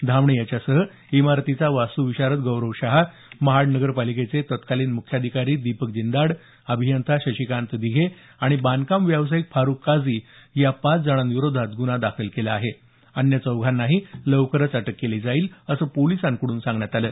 धामणे याच्यासह इमारतीचा वास्तुविशारद गौरव शहा महाड नगरपालिकेचे तत्कालिन मुख्याधिकारी दीपक जिंदाड अभियंता शशिकांत दिघे आणि बांधकाम व्यावसायिक फारूक काझी या पाच जणांविरोधात गुन्हा दाखल केला आहे अन्य चौघांनाही लवकरच अटक केली जाईल असं पोलिसांकडून सांगण्यात आलं